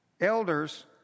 elders